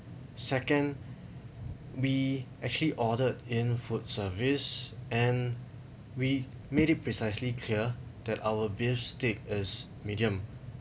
second we actually ordered in food service and we made it precisely clear that our beef steak is medium